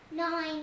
Nine